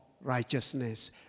righteousness